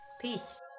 Peace